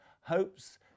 hopes